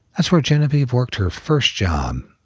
that's where genevieve worked her first job,